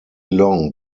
long